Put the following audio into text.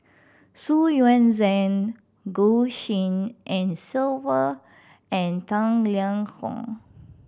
Xu Yuan Zhen Goh Tshin En Sylvia and Tang Liang Hong